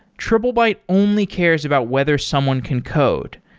triplebyte only cares about whether someone can code.